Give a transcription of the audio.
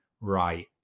right